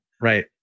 Right